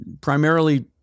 primarily